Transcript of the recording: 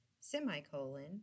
semicolon